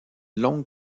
longue